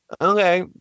Okay